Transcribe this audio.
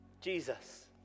Jesus